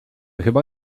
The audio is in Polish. chyba